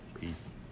Peace